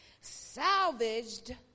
salvaged